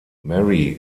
mary